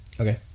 Okay